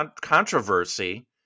controversy